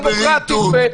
דמוקרטי.